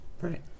Right